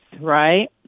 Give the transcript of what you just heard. right